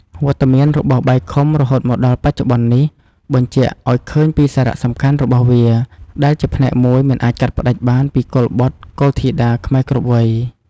វត្តមានរបស់បាយខុំរហូតមកដល់បច្ចុប្បន្ននេះ បញ្ជាក់ឲ្យឃើញពីសារៈសំខាន់របស់វា ដែលជាផ្នែកមួយមិនអាចកាត់ផ្ដាច់បានពីកុលបុត្រកុលធីតាខ្មែរគ្រប់វ័យ។